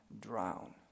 drown